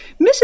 Mrs